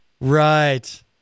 Right